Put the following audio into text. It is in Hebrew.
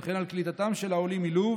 וכן על קליטתם של העולים מלוב